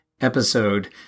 episode